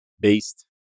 based